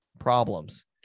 Problems